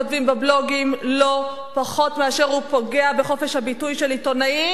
בבלוגים לא פחות מאשר הוא פוגע בחופש הביטוי של עיתונאים,